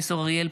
ערבייה.